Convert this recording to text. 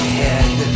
head